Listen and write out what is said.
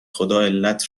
خداعلت